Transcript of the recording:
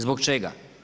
Zbog čega?